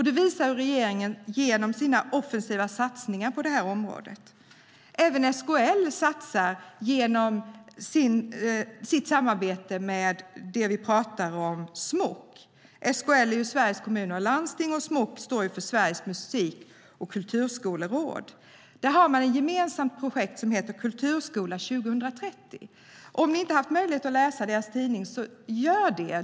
Det visar regeringen genom sina offensiva satsningar på det här området. Även SKL, Sveriges Kommuner och Landsting, satsar genom sitt samarbete med Smok, Sveriges Musik och Kulturskoleråd. De har ett gemensamt projekt som heter Kulturskola 2030. Om ni inte haft möjlighet att läsa deras tidning så gör det!